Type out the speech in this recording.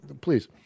Please